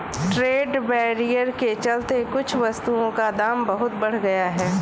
trade barrier के चलते कुछ वस्तुओं का दाम बहुत बढ़ गया है